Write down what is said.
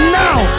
now